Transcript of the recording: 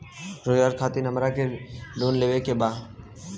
रोजगार खातीर हमरा के लोन लेवे के बा?